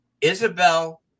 Isabel